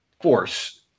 force